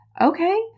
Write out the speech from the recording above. okay